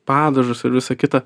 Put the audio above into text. padažus ir visa kita